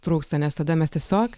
trūksta nes tada mes tiesiog